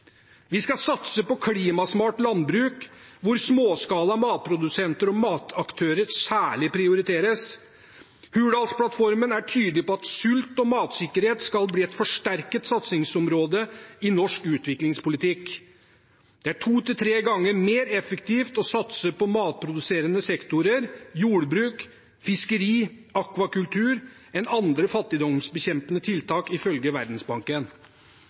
Vi skal satse på klimasmart landbruk, hvor småskala matprodusenter og mataktører særlig prioriteres. Hurdalsplattformen er tydelig på at sult og matsikkerhet skal bli et forsterket satsingsområde i norsk utviklingspolitikk. Det er to til tre ganger mer effektivt å satse på matproduserende sektorer, jordbruk, fiskeri og akvakultur, enn andre fattigdomsbekjempende tiltak, ifølge Verdensbanken.